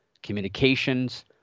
communications